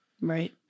Right